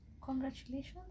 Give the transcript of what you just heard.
Congratulations